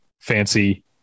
fancy